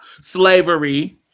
slavery